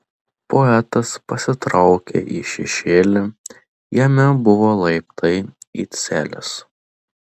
poetas pasitraukė į šešėlį jame buvo laiptai į celes